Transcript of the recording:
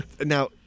Now